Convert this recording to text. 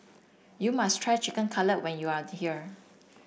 you must try Chicken Cutlet when you are here